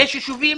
יש יישובים